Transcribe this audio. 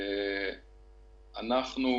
אנחנו,